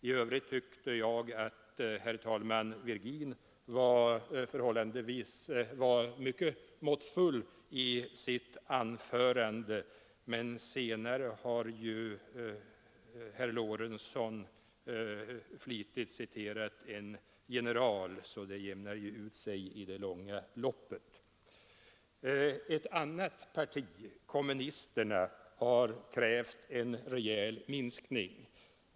I övrigt tyckte jag, herr talman, att herr Virgin var mycket måttfull i sitt anförande. Men senare har herr Lorentzon flitigt citerat en general, så det jämnar ju ut sig i det långa loppet. Kommunisterna har krävt en rejäl minskning.